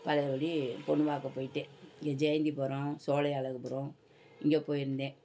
பழையபடி பொண்ணு பார்க்க போய்விட்டேன் இங்கே ஜெயந்திபுரம் சோலை அழகுபுரம் இங்கே போயிருந்தேன்